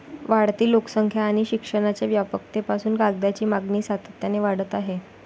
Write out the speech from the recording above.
वाढती लोकसंख्या आणि शिक्षणाच्या व्यापकतेपासून कागदाची मागणी सातत्याने वाढत आहे